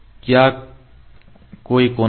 क्या कोई कोना है